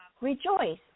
Rejoice